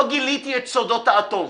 לא גיליתי את סודות האטום.